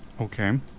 Okay